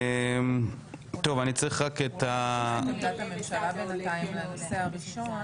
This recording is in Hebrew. בקשת הממשלה להקדמת הדיון בהצ"ח ההוצאה